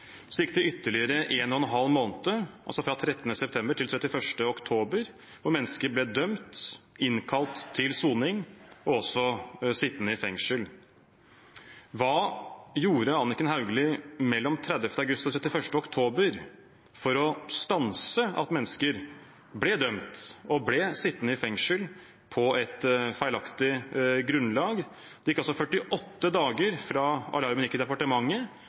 Så gikk det ytterligere en og en halv måned, altså fra 13. september til 31. oktober, da mennesker ble dømt, innkalt til soning og også ble sittende i fengsel. Hva gjorde Anniken Hauglie mellom 30. august og 31. oktober for å stanse at mennesker ble dømt og ble sittende i fengsel på et feilaktig grunnlag? Det gikk altså 48 dager fra alarmen gikk i departementet